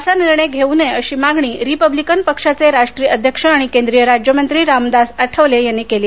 असा निर्णय घेऊ नये अशी मागणी रिपब्लिकन पक्षाचे राष्ट्रीय अध्यक्ष आणि केंद्रीय राज्यमंत्री रामदास आठवले यांनी काल केली